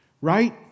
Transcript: right